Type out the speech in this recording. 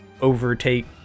overtake